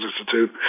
Institute